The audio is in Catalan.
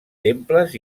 temples